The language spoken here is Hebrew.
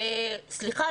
סליחה,